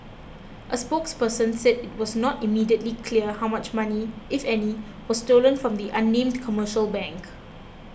a spokesperson said it was not immediately clear how much money if any was stolen from the unnamed commercial bank